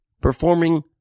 performing